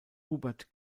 hubert